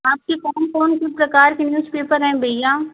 आपके कौन कौन से प्रकार के न्यूज़पेपर हैं भैया